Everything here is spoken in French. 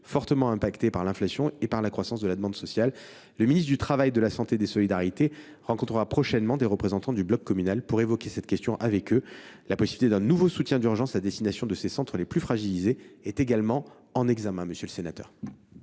fortement impactés par l’inflation et par la croissance de la demande sociale. La ministre du travail, de la santé et des solidarités rencontrera prochainement des représentants du bloc communal pour évoquer cette question. La possibilité d’un nouveau soutien d’urgence à destination des centres les plus fragilisés est également à l’examen. La parole